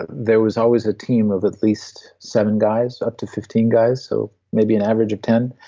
there was always a team of at least seven guys, up to fifteen guys, so maybe an average of ten,